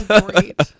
Great